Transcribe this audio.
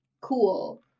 cool